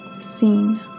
seen